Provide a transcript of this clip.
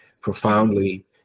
profoundly